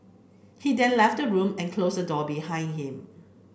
he then left the room and closed the door behind him